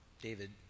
David